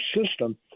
system